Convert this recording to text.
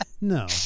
no